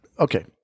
Okay